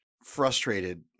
Frustrated